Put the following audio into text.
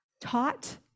taught